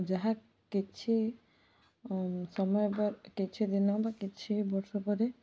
ଯାହା କିଛି ସମୟ ପରେ କିଛି ଦିନ ବା କିଛି ବର୍ଷ ପରେ